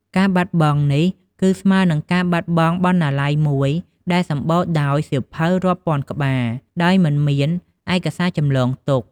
ការបាត់បង់នេះ គឺស្មើនឹងការបាត់បង់បណ្ណាល័យមួយ ដែលសម្បូរទៅដោយសៀវភៅរាប់ពាន់ក្បាល ដោយមិនមានឯកសារចម្លងទុក។